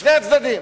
בשני הצדדים.